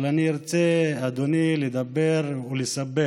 אבל אני ארצה, אדוני, לדבר ולספר